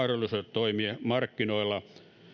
mahdollisuudet toimia markkinoilla